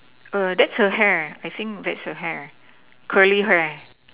err that's her hair I think that's her hair curly hair